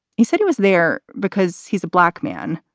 he said he was there because he's a black man,